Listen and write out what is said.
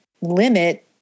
limit